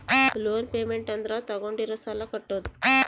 loan payment ಅಂದ್ರ ತಾಗೊಂಡಿರೋ ಸಾಲ ಕಟ್ಟೋದು